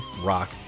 rock